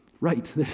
Right